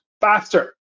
faster